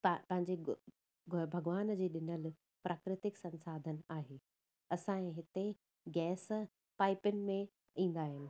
पा पंहिंजे भॻवान जे ॾिनल प्राकृतिक संसाधन आहे असांजे हिते गैस पाइपिन में ईंदा आहिनि